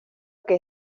que